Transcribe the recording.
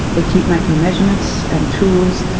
we keep making measurements and tools,